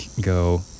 go